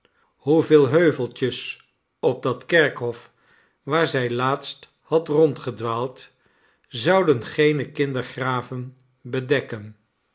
hoevele heuveltjes op dat kerkhof waar zij laatst had rondgedwaald zouden geene kindergraven bedekken